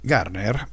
Garner